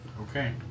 Okay